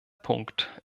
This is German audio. punkt